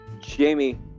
jamie